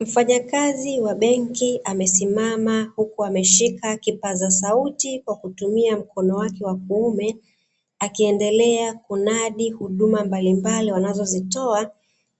Mfanya kazi wa benki amesimama huku ameshika kipaza sauti kwa mkono wake wa kuume, akiendelea kunadi huduma mbalimbali ,wanazozitoa